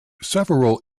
several